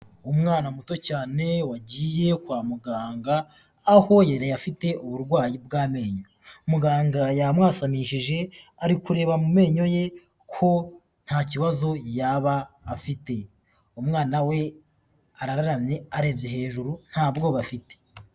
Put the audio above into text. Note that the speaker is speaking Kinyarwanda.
Umwana muto cyane wagiye kwa muganga aho yariye afite uburwayi bw'amenyo, muganga yamwifaanishije ari kureba mu menyo ye ko nta kibazo yaba afite, umwana we arararamye arebye hejuru nta bwoba afite.